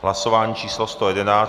Hlasování číslo 111.